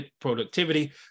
productivity